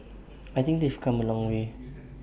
I think they've come A long way